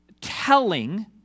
telling